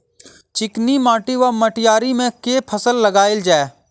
चिकनी माटि वा मटीयारी मे केँ फसल लगाएल जाए?